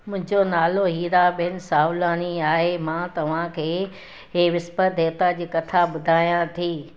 मुंहिंजो नालो हीराॿेन सावलाणी आहे मां तव्हां खे हे विस्पति देविता जी कथा ॿुधायां थी